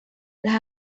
las